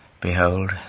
Behold